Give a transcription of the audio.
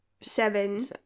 Seven